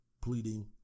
pleading